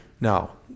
now